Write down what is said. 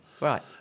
Right